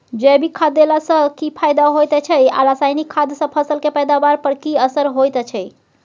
जैविक खाद देला सॅ की फायदा होयत अछि आ रसायनिक खाद सॅ फसल के पैदावार पर की असर होयत अछि?